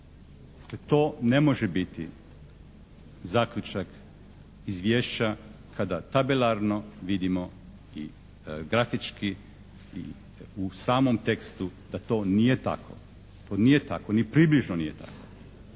To ne može biti zaključak izvješća kada tabelarno vidimo i grafički i u samom tekstu da to nije tako. To nije tako, ni približno nije tako.